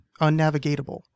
unnavigatable